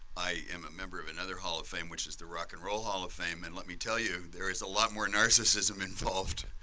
i am a member of another hall of fame which is the rock and roll hall of fame, and let me tell you, there is a lot more narcissism involved.